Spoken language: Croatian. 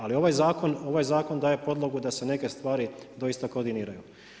Ali ovaj zakon daje podlogu da se neke stvari doista koordiniraju.